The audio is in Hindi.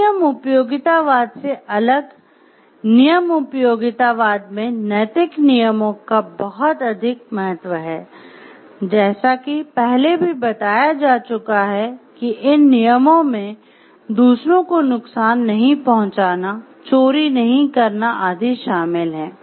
अधिनियम उपयोगितावाद से अलग नियम उपयोगितावाद में नैतिक नियमों बहुत अधिक महत्त्व है जैसा कि पहले भी बताया जा चुका है कि इन नियमों में दूसरों को नुकसान नहीं पहुंचाना चोरी नहीं करना आदि शामिल हैं